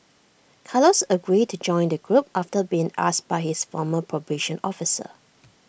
Carlos agreed to join the group after being asked by his former probation officer